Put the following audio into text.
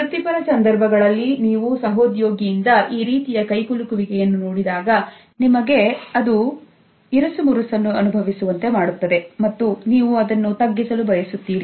ವೃತ್ತಿಪರ ಸಂದರ್ಭಗಳಲ್ಲಿ ನೀವು ಸಹೋದ್ಯೋಗಿಯಿಂದ ಈ ರೀತಿಯ ಕೈಕುಲುಕುವಿಕೆಯನ್ನು ನೋಡಿದಾಗ ನಿಮಗೆ ಅದು ಇರಿಸುಮುರುಸನ್ನು ಅನುಭವಿಸುವಂತೆ ಮಾಡುತ್ತದೆ ಮತ್ತು ನೀವು ಅದನ್ನು ತಗ್ಗಿಸಲು ಬಯಸುತ್ತೀರಿ